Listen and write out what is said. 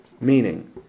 meaning